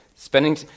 Spending